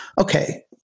okay